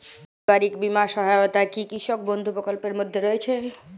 পারিবারিক বীমা সহায়তা কি কৃষক বন্ধু প্রকল্পের মধ্যে রয়েছে?